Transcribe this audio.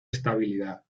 estabilidad